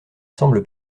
semble